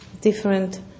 different